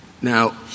Now